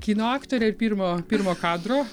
kino aktorė ir pirmo pirmo kadro